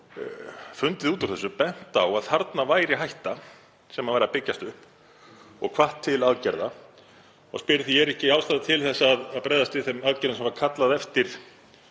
fundið út úr þessu, bent á að þarna væri hætta sem var að byggjast upp og hvatt til aðgerða. Ég spyr: Er ekki ástæða til að bregðast við þeim aðgerðum sem var kallað eftir